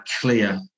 clear